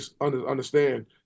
understand